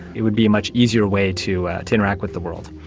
it would be a much easier way to to interact with the world.